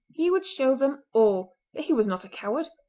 he would show them all that he was not a coward,